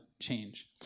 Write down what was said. change